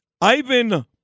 Ivan